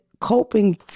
coping